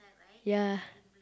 ya